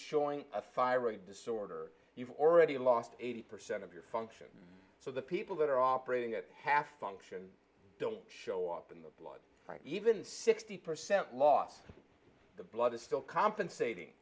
showing a fire of disorder you've already lost eighty percent of your function so the people that are operating at half function don't show up in the blood even sixty percent loss the blood is still compensating